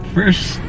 First